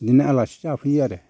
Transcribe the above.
बिदिनो आलासि जाफैयो आरो